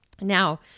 Now